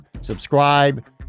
Subscribe